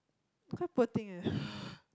quite poor thing eh